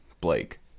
Blake